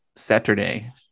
Saturday